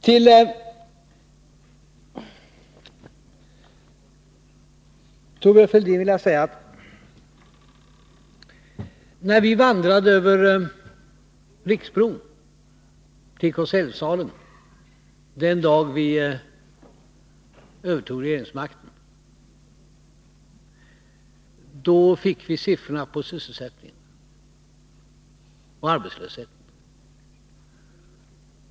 Till Thorbjörn Fälldin vill jag säga följande. När vi vandrade över Riksbron till konseljsalen den dag vi övertog regeringsmakten, fick vi siffrorna på sysselsättningen och arbetslösheten.